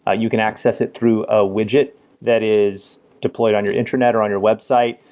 ah you can access it through a widget that is deployed on your intranet, or on your website.